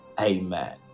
amen